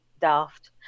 daft